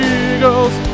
eagles